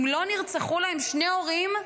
אם לא נרצחו להם שני הורים,